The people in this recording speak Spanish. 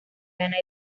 ana